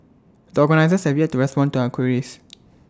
the organisers have yet to respond to our queries